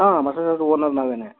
ಹಾಂ ಮಾತಾಡೋದು ಓನರ್ ನಾವೇ